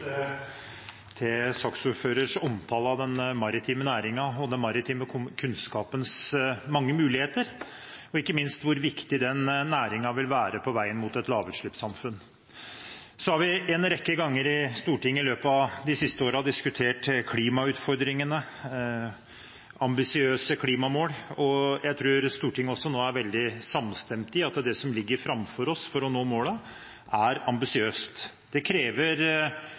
til saksordførerens omtale av den maritime næringen og den maritime kunnskapens mange muligheter, og ikke minst av hvor viktig den næringen vil være på veien mot et lavutslippssamfunn. Vi har en rekke ganger i Stortinget i løpet av de siste årene diskutert klimautfordringene og ambisiøse klimamål, og jeg tror Stortinget nå er veldig samstemt i at det som ligger framfor oss for å nå målene, er ambisiøst. Det krever